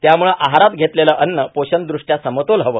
त्यामुळं आहारात घेतलेले अन्न पोषणदृष्ट्या समतोल हवे